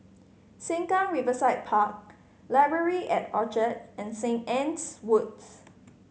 Sengkang Riverside Park Library at Orchard and Saint Anne's Woods